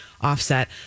Offset